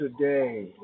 today